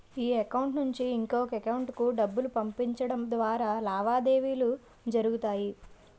ఈ అకౌంట్ నుంచి ఇంకొక ఎకౌంటుకు డబ్బులు పంపించడం ద్వారా లావాదేవీలు జరుగుతాయి